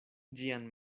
ĝian